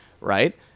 right